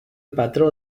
patró